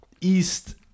East